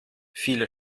viele